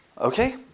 okay